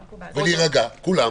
ולהירגע, כולם.